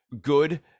good